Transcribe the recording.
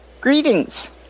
Greetings